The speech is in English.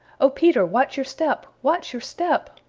oh, peter, watch your step! watch your step!